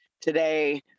today